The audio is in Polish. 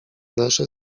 nasze